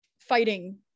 fighting